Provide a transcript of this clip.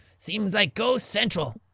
seems like ghost central.